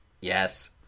Yes